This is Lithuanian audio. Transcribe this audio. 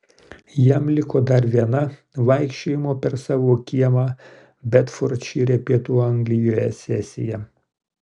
jam liko dar viena vaikščiojimo per savo kiemą bedfordšyre pietų anglijoje sesija